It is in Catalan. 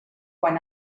quan